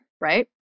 right